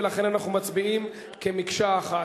ולכן אנחנו מצביעים כמקשה אחת.